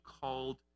called